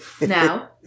now